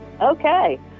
Okay